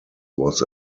was